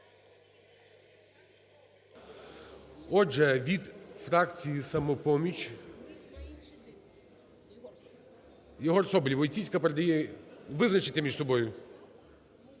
Отже, від фракції "Самопоміч" Єгор Соболєв, Войціцька передає… визначиться між собою.